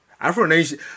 Afro-Nation